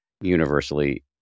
universally